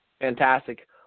fantastic